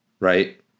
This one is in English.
right